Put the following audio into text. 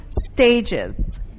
stages